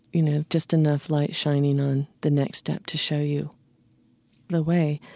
you know, just enough light shining on the next step to show you the way.